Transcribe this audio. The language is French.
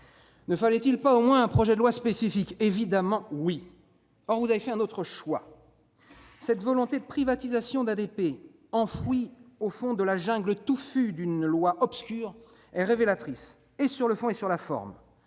Ne fallait-il pas au moins un projet de loi spécifique ? Évidemment ! Mais vous avez fait un autre choix. Cette volonté de privatisation d'ADP, enfouie au fond de la jungle touffue d'une loi obscure, est révélatrice, sur le fond comme sur la forme,